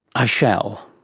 i shall.